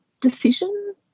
decision